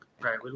Right